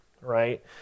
right